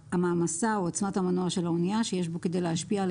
המעמסה או עוצמת המנוע של האנייה שיש בו כדי להשפיע על